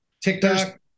tiktok